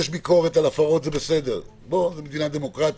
יש ביקורת על הפרות זה בסדר, זו מדינה דמוקרטית,